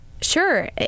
sure